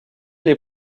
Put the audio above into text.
les